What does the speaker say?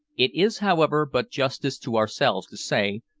it is, however, but justice to ourselves to say,